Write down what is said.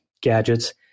gadgets